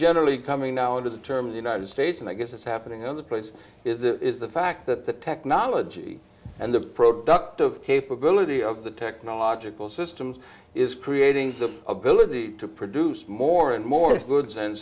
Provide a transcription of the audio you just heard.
generally coming out of the term of the united states and i guess it's happening on the place is the fact that the technology and the productive capability of the technological systems is creating the ability to produce more and more goods and